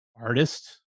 artist